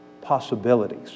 possibilities